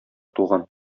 туган